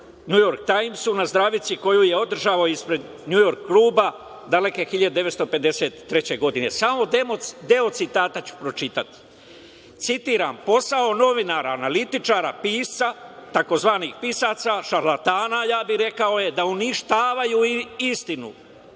„NJujork Tajmsu“ na zdravici koju je održao ispred NJujork kluba daleke 1953. godine, samo deo citata ću pročitati, citiram: „Posao novinara, analitičara, pisca, tzv. pisaca, šarlatana, ja bi rekao je da uništavaju istinu,